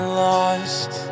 lost